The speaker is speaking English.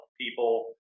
people